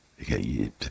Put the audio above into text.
okay